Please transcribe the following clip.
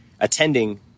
attending